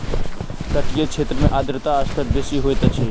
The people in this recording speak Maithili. तटीय क्षेत्र में आर्द्रता स्तर बेसी होइत अछि